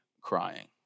crying